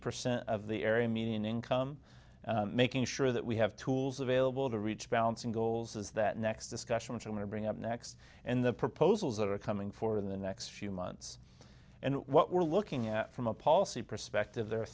percent of the area median income making sure that we have tools available to reach balancing goals is that next discussion which i want to bring up next and the proposals that are coming for the next few months and what we're looking at from a policy perspective the